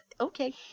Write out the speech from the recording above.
Okay